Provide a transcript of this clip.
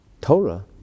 Torah